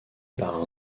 par